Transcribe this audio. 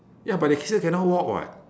ya but they still cannot walk what